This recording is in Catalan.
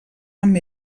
amb